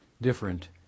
different